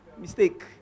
mistake